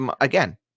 again